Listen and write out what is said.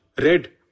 red